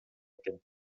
экен